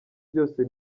byose